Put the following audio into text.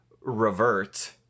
revert